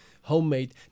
homemade